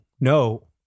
no